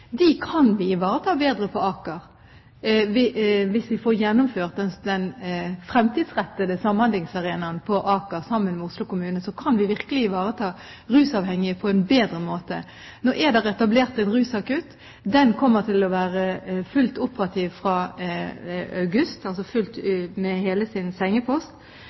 kan vi ivareta bedre på Aker. Hvis vi får gjennomført den fremtidsrettede samhandlingsarenaen på Aker sammen med Oslo kommune, kan vi virkelig ivareta rusavhengige på en bedre måte. Nå er det etablert en rusakutt. Den kommer til å være fullt operativ fra august,